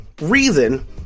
reason